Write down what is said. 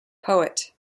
poet